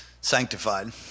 Sanctified